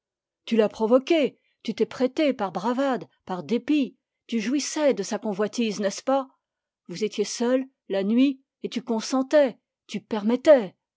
tu l'as provoqué tu t'es prêtée par bravade par dépit tu jouissais de sa convoitise n'est-ce pas vous étiez seuls et tu consentais